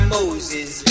Moses